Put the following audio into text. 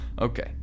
Okay